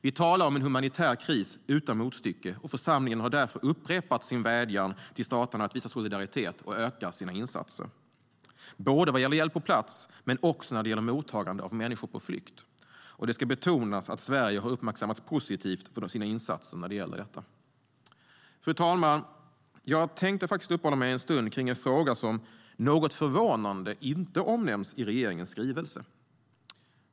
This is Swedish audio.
Vi talar om en humanitär kris utan motstycke, och församlingen har därför upprepat sin vädjan till staterna att visa solidaritet och att öka sina insatser, både vad gäller hjälp på plats men också när det gäller mottagande av människor på flykt. Det ska betonas att Sverige har uppmärksammats positivt för sina insatser när det gäller detta. Fru talman! Jag tänkte uppehålla mig en stund vid en fråga som, något förvånande, inte omnämns i regeringens skrivelse.